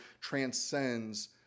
transcends